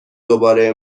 دوباره